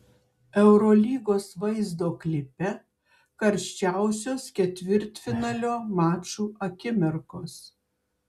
eurolygos vaizdo klipe karščiausios ketvirtfinalio mačų akimirkos